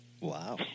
Wow